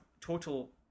total